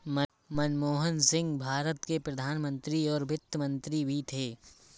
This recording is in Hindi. मनमोहन सिंह भारत के प्रधान मंत्री और वित्त मंत्री भी थे